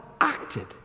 acted